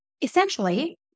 Essentially